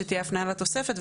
שתהיה הפנייה לתוספת.